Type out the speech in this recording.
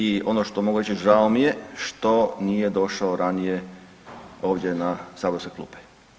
I ono što mogu reći žao mi je što nije došao ranije ovdje na saborske klupe.